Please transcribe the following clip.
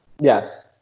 Yes